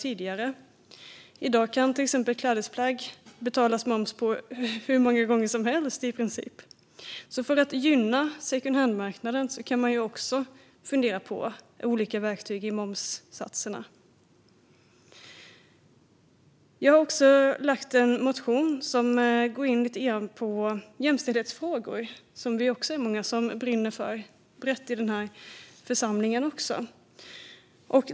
I dag kan till exempel klädesplagg betalas moms på i princip hur många gånger som helst. För att gynna secondhandmarknaden kan man fundera på olika verktyg, också momssatserna. Jag har väckt en motion som går in lite grann på jämställdhetsfrågor, som vi också är många som brinner för i den här församlingen.